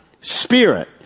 spirit